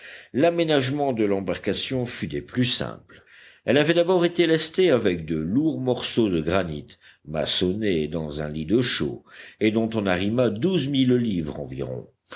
l'aménagement de l'embarcation fut des plus simples elle avait d'abord été lestée avec de lourds morceaux de granit maçonnés dans un lit de chaux et dont on arrima douze mille livres environ